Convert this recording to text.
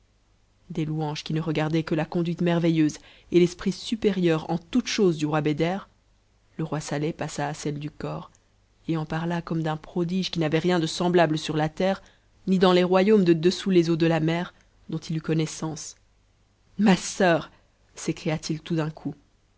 des louanges qui ne regardaient que la conduite merveilleuse et l'esprit supérieur en toutes choses du roi beder le roi saleh passa à celle j corps et en parla comme d'un prodige qui n'avait rien de semblable sur la terre ni dans les royaumes de dessous les eaux de la mer dont il eût connaissance a ma soeur s'écria-t-il tout d'un coup